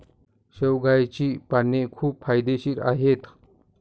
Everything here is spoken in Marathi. शेवग्याची पाने खूप फायदेशीर आहेत